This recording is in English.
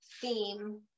theme